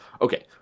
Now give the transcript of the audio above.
okay